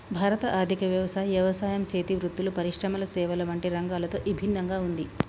భారత ఆర్థిక వ్యవస్థ యవసాయం సేతి వృత్తులు, పరిశ్రమల సేవల వంటి రంగాలతో ఇభిన్నంగా ఉంది